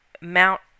Mount